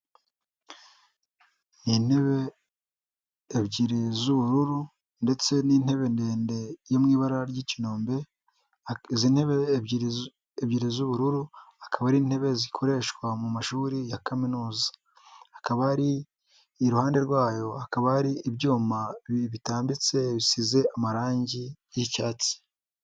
Ni intebe ebyiri z'ubururu ndetse n'intebe ndende yo mu ibara ry'ikinombe, izi ntebe ebyiri z'ubururu, akaba ari intebe zikoreshwa mu mashuri ya kaminuza. Hakaba hari, iruhande rwayo hakaba hari ibyuma bitambitse bisize amarangi y'icyatsi.